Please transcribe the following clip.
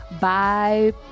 Bye